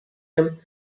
term